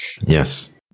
Yes